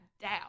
doubt